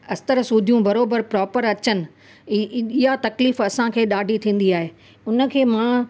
अस्तर सूदियूं बराबरु प्रोपर अचनि इ इहा तकलीफ़ु असांखे ॾाढी थींदी आहे उनखे मां